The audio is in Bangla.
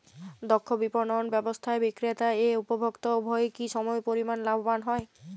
দক্ষ বিপণন ব্যবস্থায় বিক্রেতা ও উপভোক্ত উভয়ই কি সমপরিমাণ লাভবান হয়?